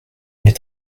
les